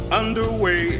underway